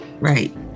Right